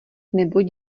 neboť